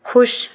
ਖੁਸ਼